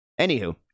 Anywho